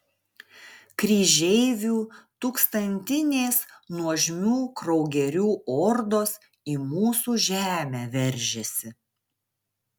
kryžeivių tūkstantinės nuožmių kraugerių ordos į mūsų žemę veržiasi